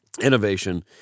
innovation